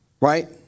Right